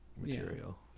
material